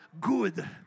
good